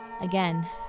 again